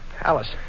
Alice